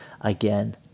again